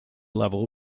level